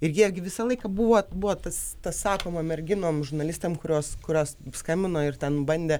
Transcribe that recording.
ir jie gi visą laiką buvo buvo tas tas sakoma merginom žurnalistam kurios kurios skambino ir ten bandė